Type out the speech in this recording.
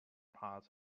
parts